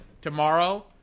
tomorrow